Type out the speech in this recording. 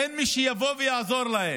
אין מי שיבוא ויעזור להם.